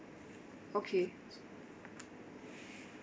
okay